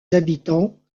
habitants